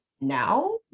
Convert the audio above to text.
now